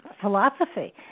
philosophy